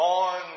on